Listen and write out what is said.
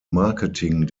marketing